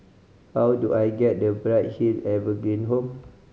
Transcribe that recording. how do I get to Bright Hill Evergreen Home